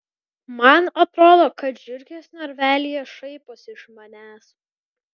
man atrodo kad žiurkės narvelyje šaiposi iš manęs